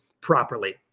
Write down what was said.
properly